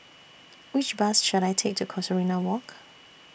Which Bus should I Take to Casuarina Walk